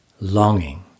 longing